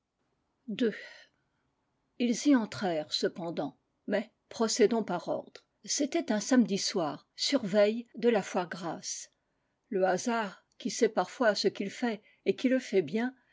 ils y entrèrent cependant mais procédons par ordre c'était un samedi soir surveille de la foire grasse le hasard qui sait parfois ce qu'il fait et qui le fait bien